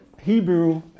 Hebrew